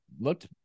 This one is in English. looked